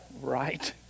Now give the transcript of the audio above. right